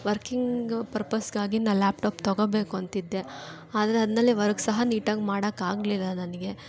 working ಪರ್ಪಸ್ಗಾಗಿ ನಾನು laptop ತಗೊಳ್ಬೇಕು ಅಂತಿದ್ದೆ ಆದರೆ ಅದ್ರಲ್ಲಿ ವರ್ಕ್ ಸಹ ನೀಟಾಗಿ ಮಾಡೋಕೆ ಆಗಲಿಲ್ಲ ನನಗೆ